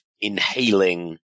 inhaling